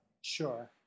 sure